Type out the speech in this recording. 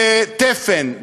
בתפן,